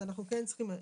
אז אנחנו כן צריכים,